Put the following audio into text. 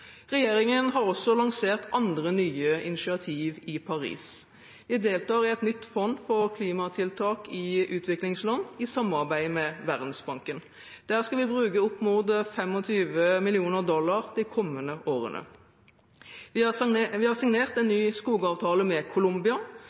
Regjeringen har også lansert andre nye initiativ i Paris. Vi deltar i et nytt fond for klimatiltak i utviklingsland, i samarbeid med Verdensbanken. Der skal vi bruke opp mot 25 mill. dollar de kommende årene. Vi har signert en ny skogavtale med Colombia,